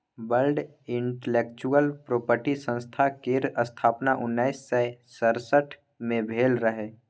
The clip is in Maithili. वर्ल्ड इंटलेक्चुअल प्रापर्टी संस्था केर स्थापना उन्नैस सय सड़सठ मे भेल रहय